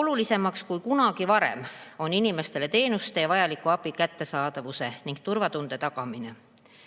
Olulisem kui kunagi varem on inimestele teenuste ja vajaliku abi kättesaadavuse ning turvatunde tagamine.